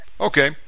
Okay